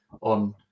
on